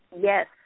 Yes